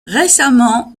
récemment